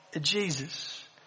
Jesus